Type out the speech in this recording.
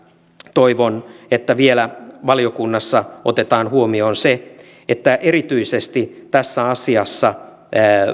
toivon että valiokunnassa otetaan vielä huomioon se että erityisesti tässä asiassa